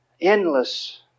endless